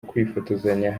kwifotozanya